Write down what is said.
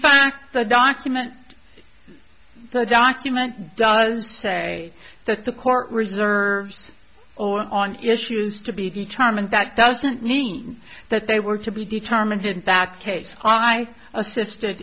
fact the document the document does say that the court reserves or on issues to be determined that doesn't mean that they were to be determined in fact case i assisted